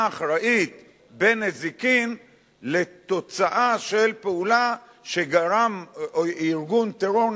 אחראית בנזיקין לתוצאה של פעולה שגרם ארגון טרור,